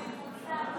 הממוצע,